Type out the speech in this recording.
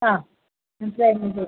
ആ